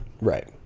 Right